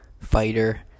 fighter